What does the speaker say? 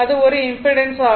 அது ஒரு இம்பிடன்ஸ் ஆகும்